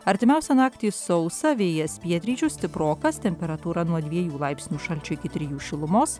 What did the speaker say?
artimiausią naktį sausa vėjas pietryčių stiprokas temperatūra nuo dviejų laipsnių šalčio iki trijų šilumos